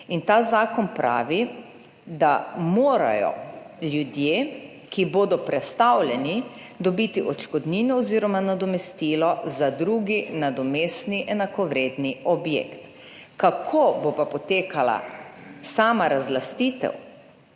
In ta zakon pravi, da morajo ljudje, ki bodo prestavljeni dobiti odškodnino oziroma nadomestilo za drugi nadomestni enakovredni objekt. Kako bo pa potekala sama razlastitev